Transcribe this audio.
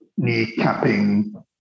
kneecapping